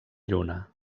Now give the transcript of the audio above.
lluna